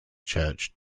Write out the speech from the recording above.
church